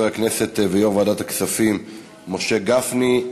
הכנסת ויושב-ראש ועדת הכספים משה גפני.